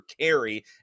carry